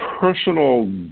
personal